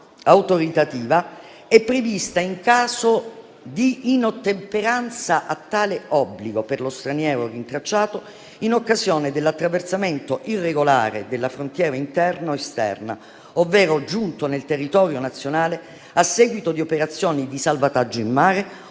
L'ispezione autoritativa è prevista in caso di inottemperanza a tale obbligo per lo straniero rintracciato, in occasione dell'attraversamento irregolare della frontiera interna o esterna, ovvero giunto nel territorio nazionale a seguito di operazioni di salvataggio in mare,